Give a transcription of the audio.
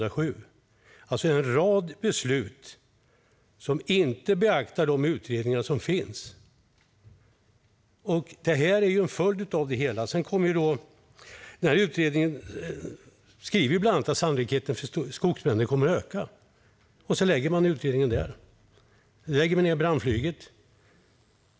Det rör sig alltså om en rad beslut som inte beaktar de utredningar som finns. Detta är en följd av det hela. Utredningen skriver bland annat att sannolikheten för skogsbränder kommer att öka, och så lägger man utredningen åt sidan och lägger ned brandflyget.